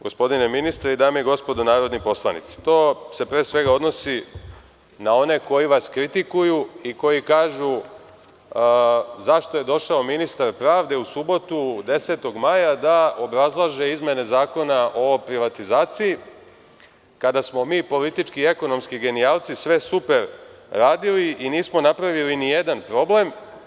Gospodine ministre, to se pre svega odnosi na one koji vas kritikuju i koji kažu – zašto je došao ministar pravde u subotu, 10. maja, da obrazlaže izmene Zakona o privatizaciji, kada smo mi politički i ekonomski gencijalci sve super radili i nismo napravili nijedan problem?